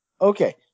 Okay